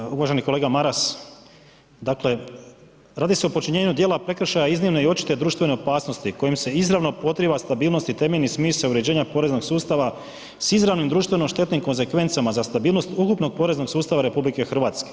Hvala, uvaženi kolega Maras, dakle radi se o počinjenju dijela prekršaja iznimne i očite društvene opasnosti kojim se izravno podriva stabilnost i temeljni smisao uređenja poreznog sustava s izravno društveno štetnim konsekvencama za stabilnost ukupnog poreznog sustava RH.